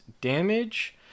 damage